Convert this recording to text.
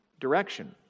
direction